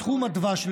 בתחום הדבש,